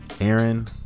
Aaron